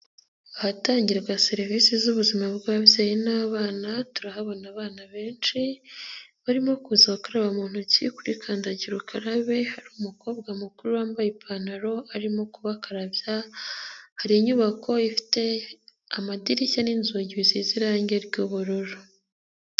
Ahatangirwa serivisi z'ubuzima bw'ababyeyi n'abana, turahabona abana benshi barimo kuza gukaraba mu ntoki kuri kandagira ukarabe, hari umukobwa mukuru wambaye ipantaro arimo kubakarabya, hari inyubako ifite amadirishya n'inzugi bisize irangera ry'ubururu.